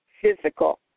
physical